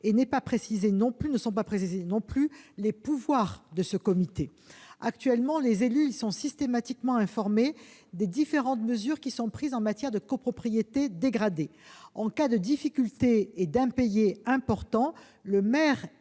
de sauvegarde ?- ni les pouvoirs de ce comité. Actuellement, les élus sont systématiquement informés des différentes mesures prises concernant les copropriétés dégradées. En cas de difficultés et d'impayés importants, le maire